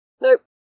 Nope